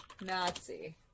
Nazi